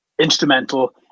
instrumental